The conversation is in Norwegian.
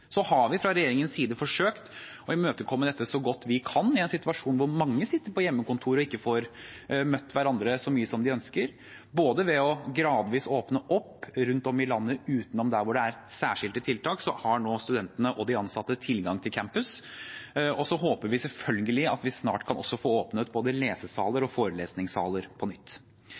har fra regjeringens side forsøkt å imøtekomme dette så godt vi kan i en situasjon der mange sitter på hjemmekontor og ikke får møtt hverandre så mye som de ønsker. Ved gradvis å åpne opp rundt om i landet utenom der det er særskilte tiltak, har nå studentene og de ansatte tilgang til campus, og vi håper selvfølgelig at vi at vi snart også kan få åpnet både lesesaler og forelesningssaler på nytt.